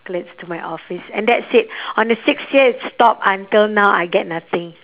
~olates to my office and that's it on the sixth year it stopped until now I get nothing